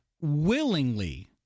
willingly